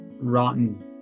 Rotten